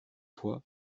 fois